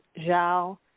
Zhao